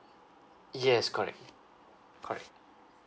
yes correct correct